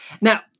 Now